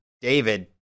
David